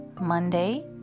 Monday